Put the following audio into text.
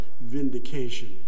vindication